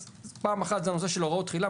אז פעם אחת זה הנושא של הוראות תחילה,